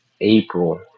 April